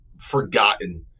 forgotten